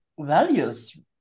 values